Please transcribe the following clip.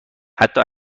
حتی